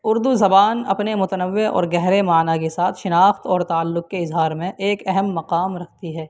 اردو زبان اپنے متنوع اور گہرے معنی کے ساتھ شناخت اور تعلق کے اظہار میں ایک اہم مقام رکھتی ہے